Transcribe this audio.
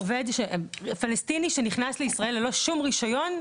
עובד פלסטיני שנכנס לישראל ללא שום רישיון.